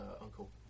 uncle